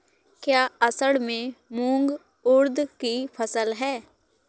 क्या असड़ में मूंग उर्द कि फसल है?